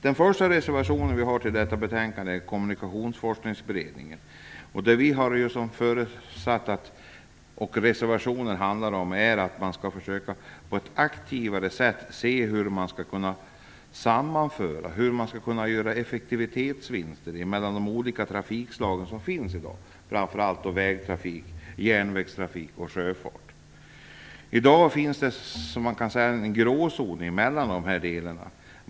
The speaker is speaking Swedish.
Den första reservationen som Vänsterpartiet har till detta betänkande gäller Kommunikationsforskningsberedningen. Det reservationen handlar om, och som vi har förutsatt, är att man på ett aktivare sätt skall försöka se hur man skall kunna sammanföra och göra effektivitetsvinster inom de olika trafikslag som finns i dag. Det gäller framför allt vägtrafik, järnvägstrafik och sjöfart. I dag finns det en gråzon mellan dessa delar.